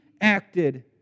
acted